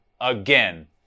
again